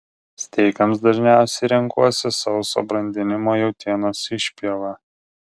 steikams dažniausiai renkuosi sauso brandinimo jautienos išpjovą